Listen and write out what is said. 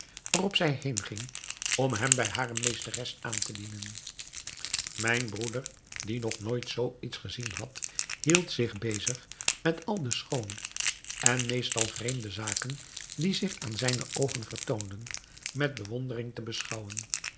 waarop zij heenging om hem bij hare meesteres aan te dienen mijn broeder die nog nooit zoo iets gezien had hield zich bezig met al de schoone en meestal vreemde zaken die zich aan zijne oogen vertoonden met bewondering te beschouwen